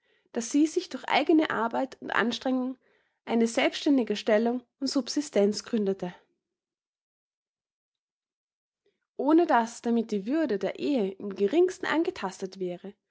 daß sie sich durch eigne arbeit und anstrengung eine selbstständige stellung und subsistenz gründete ohne daß damit die würde der ehe im geringsten angetastet wäre